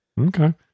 Okay